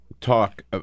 talk